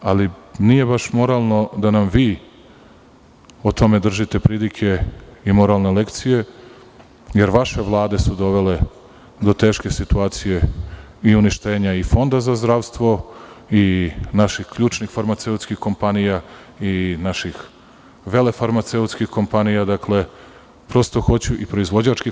Ali, nije baš moralno da nam vi o tome držite pridike i moralne lekcije, jer vaše vlade su dovele do teške situacije i uništenja i Fonda za zdravstvo i naših ključnih farmaceutskih kompanija i naših velefarmaceutskih kompanija i proizvođačkih.